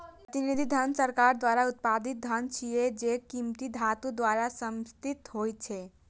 प्रतिनिधि धन सरकार द्वारा उत्पादित धन छियै, जे कीमती धातु द्वारा समर्थित होइ छै